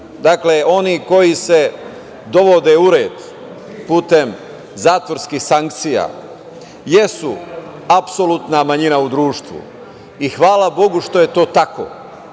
tema. Oni koji se dovode u red putem zatvorskih sankcija jesu apsolutna manjina u društvu i hvala Bogu što je tako,